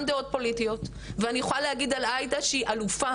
דעות פוליטיות ואני יכולה להגיד על עאידה שהיא אלופה,